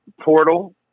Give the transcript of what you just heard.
portal